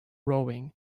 rowing